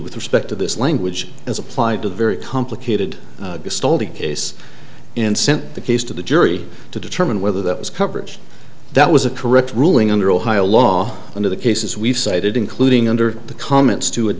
with respect to this language as applied to very complicated stole the case and sent the case to the jury to determine whether that was coverage that was a correct ruling under ohio law under the cases we've cited including under the comments to